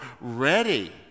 ready